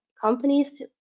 companies